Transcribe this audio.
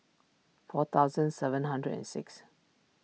four thousand seven hundred and six